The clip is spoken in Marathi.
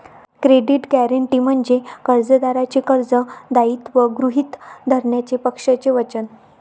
क्रेडिट गॅरंटी म्हणजे कर्जदाराचे कर्ज दायित्व गृहीत धरण्याचे पक्षाचे वचन